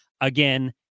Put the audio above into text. again